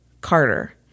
Carter